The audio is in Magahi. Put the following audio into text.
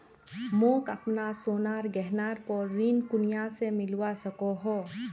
मोक अपना सोनार गहनार पोर ऋण कुनियाँ से मिलवा सको हो?